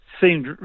seemed